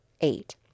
eight